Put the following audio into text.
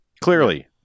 Clearly